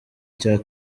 cya